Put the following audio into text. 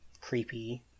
creepy